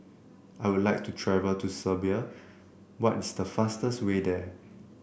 I would like to travel to Serbia what is the fastest way there